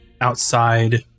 outside